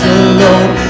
alone